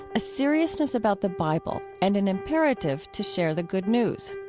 a seriousness about the bible, and an imperative to share the good news.